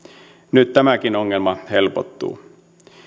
nyt tämäkin ongelma helpottuu